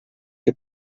que